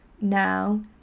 now